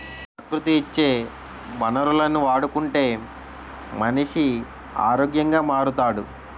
ప్రకృతి ఇచ్చే వనరులను వాడుకుంటే మనిషి ఆరోగ్యంగా మారుతాడు